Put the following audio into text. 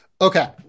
okay